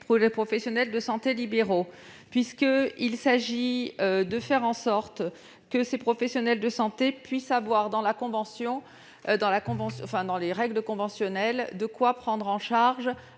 des professionnels de santé libéraux, qui ont été évoquées. Il s'agit de faire en sorte que ces professionnels de santé puissent avoir, dans les règles conventionnelles, de quoi prendre en charge